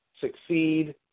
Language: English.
Succeed